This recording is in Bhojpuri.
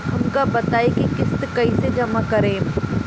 हम का बताई की किस्त कईसे जमा करेम?